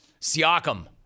Siakam